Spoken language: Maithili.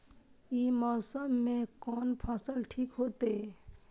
ई मौसम में कोन फसल ठीक होते?